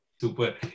Super